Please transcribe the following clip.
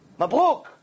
Mabruk